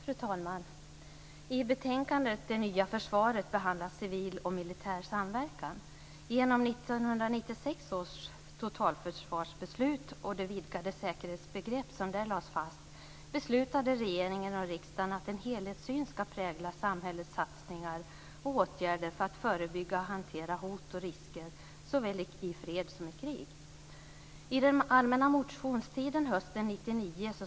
Fru talman! I betänkandet Det nya försvaret behandlas civil och militär samverkan. Genom 1996 års totalförsvarsbeslut och det vidgade säkerhetsbegrepp som där lades fast beslutade regeringen och riksdagen att en helhetssyn ska prägla samhällets satsningar och åtgärder för att förebygga och hantera hot och risker såväl i fred som i krig.